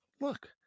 look